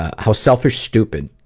how selfish, stupid,